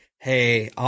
hey